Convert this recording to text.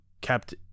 kept